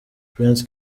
prince